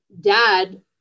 dad